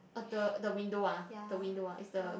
uh the the window ah the window ah is the